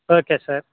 okay sir